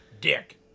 Dick